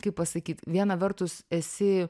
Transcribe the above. kaip pasakyt viena vertus esi